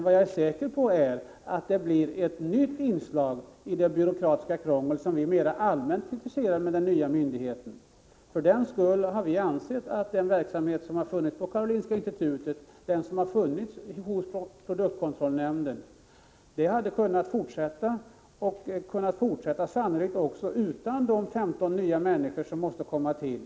Vad jag är säker på är emellertid att den nya myndigheten blir ett nytt inslag i det byråkratiska krångel som vi mera allmänt kritiserar. För den skull har vi ansett att den verksamhet som har funnits på Karolinska institutet och hos produktkontrollnämnden hade kunnat fortsätta — och det sannolikt också utan de 15 nya tjänster som måste komma till.